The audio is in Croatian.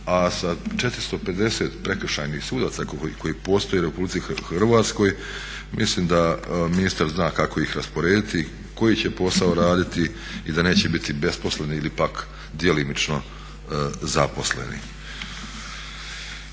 A za 450 prekršajnih sudaca koliko ih postoji u Republici Hrvatskoj mislim da ministar zna kako ih rasporediti, koji će posao raditi i da neće biti besposleni ili pak djelomično zaposleni.